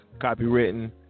copywritten